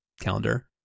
calendar